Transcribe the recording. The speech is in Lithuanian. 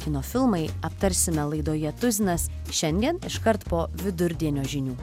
kino filmai aptarsime laidoje tuzinas šiandien iškart po vidurdienio žinių